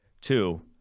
Two